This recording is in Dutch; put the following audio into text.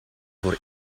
voor